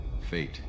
Fate